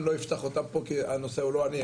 אני לא אפתח אותם פה כי הנושא הוא לא אני,